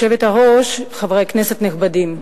היושבת-ראש, תודה, חברי כנסת נכבדים,